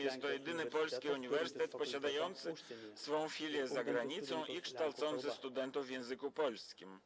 Jest to jedyny polski uniwersytet posiadający swą filię za granicą i kształcący studentów w języku polskim.